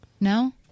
No